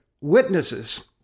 witnesses